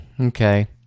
okay